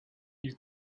you